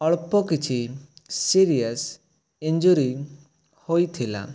ଅଳ୍ପ କିଛି serious injury ହୋଇଥିଲା